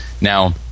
Now